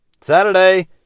Saturday